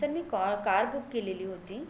sir मी कॉ car book केलेली होती